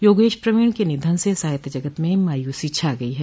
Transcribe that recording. योगेश प्रवीण के निधन से साहित्य जगत में मायूसी छा गई है